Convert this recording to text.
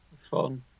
fun